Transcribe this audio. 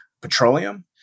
petroleum